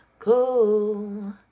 cool